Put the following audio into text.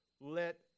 Let